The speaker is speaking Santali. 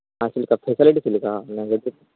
ᱚᱱᱟ ᱪᱮᱫ ᱞᱮᱠᱟ ᱯᱷᱮᱥᱤᱞᱤᱴᱤ ᱪᱮᱫ ᱞᱮᱠᱟ ᱚᱱᱟᱜᱮ